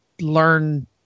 learn